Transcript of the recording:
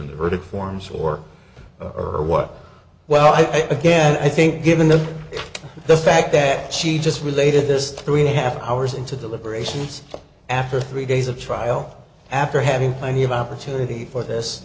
in the verdict forms work or what well i think again i think given the the fact that she just related this three and a half hours into the liberations after three days of trial after having plenty of opportunity for this